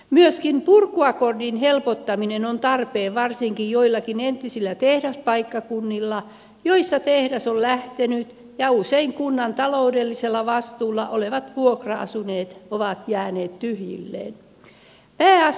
myöskin purkuakordin helpottaminen on tarpeen varsinkin joillakin entisillä tehdaspaikkakunnilla joilta tehdas on lähtenyt ja joilla usein kunnan taloudellisella vastuulla olevat vuokra asunnot ovat jääneet tyhjilleen